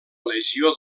legió